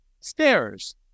stairs